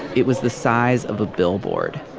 it was the size of a billboard.